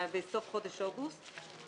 בסוף חודש אוגוסט.